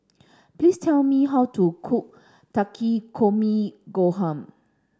please tell me how to cook Takikomi Gohan